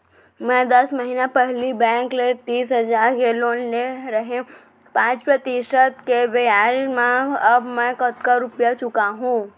मैं दस महिना पहिली बैंक ले तीस हजार के लोन ले रहेंव पाँच प्रतिशत के ब्याज म अब मैं कतका रुपिया चुका हूँ?